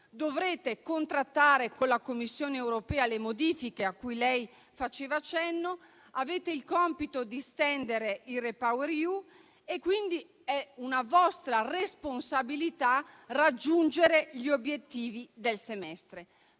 dovrete contrattare con la Commissione europea le modifiche a cui lei faceva cenno; avete il compito di stendere il Repower EU e quindi è una vostra responsabilità raggiungere gli obiettivi del semestre.